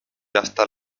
hasta